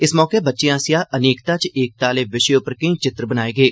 इस मौके बच्चे आसेआ अनेकता च ऐकता आह्ले विशे उप्पर केई चित्र बनाए गे